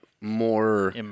more